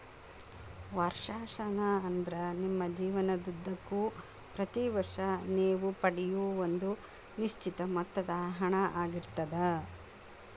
ವರ್ಷಾಶನ ಅಂದ್ರ ನಿಮ್ಮ ಜೇವನದುದ್ದಕ್ಕೂ ಪ್ರತಿ ವರ್ಷ ನೇವು ಪಡೆಯೂ ಒಂದ ನಿಶ್ಚಿತ ಮೊತ್ತದ ಹಣ ಆಗಿರ್ತದ